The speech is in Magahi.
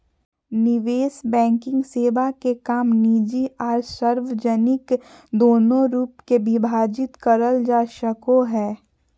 निवेश बैंकिंग सेवा के काम निजी आर सार्वजनिक दोनों रूप मे विभाजित करल जा सको हय